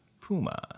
Puma